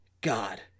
God